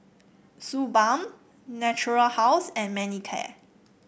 Suu Balm Natura House and Manicare